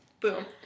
Boom